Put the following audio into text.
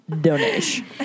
donation